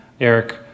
Eric